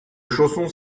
chaussons